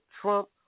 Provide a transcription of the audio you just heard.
Trump